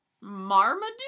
Marmaduke